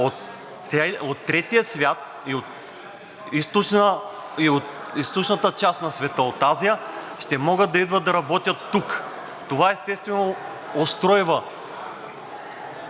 от третия свят и от източната част на света – от Азия, ще могат да идват да работят тук. Това естествено устройва